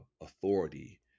authority